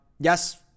yes